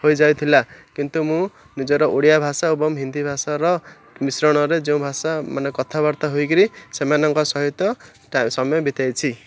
ହୋଇଯାଇଥିଲା କିନ୍ତୁ ମୁଁ ନିଜର ଓଡ଼ିଆ ଭାଷା ଏବଂ ହିନ୍ଦୀ ଭାଷାର ମିଶ୍ରଣରେ ଯେଉଁ ଭାଷାମାନେ କଥାବାର୍ତ୍ତା ହୋଇକରି ସେମାନଙ୍କ ସହିତ ସମୟ ବିତେଇଛି